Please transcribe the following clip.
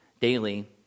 daily